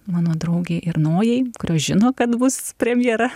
mano draugei ir nojai kurios žino kad bus premjera